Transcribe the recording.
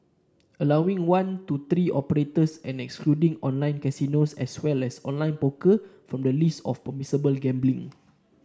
allowing one to three operators and excluding online casinos as well as online poker from the list of permissible gambling